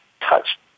touch